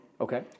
Okay